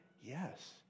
Yes